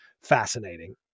fascinating